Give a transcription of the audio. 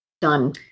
Done